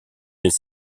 des